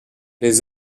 les